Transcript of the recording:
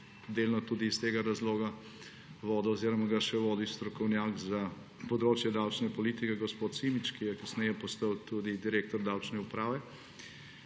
delno tudi iz tega razloga vodil oziroma ga še vodi strokovnjak za področje davčne politike gospod Simič, ki je kasneje postal tudi direktor Davčne uprave.